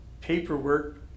paperwork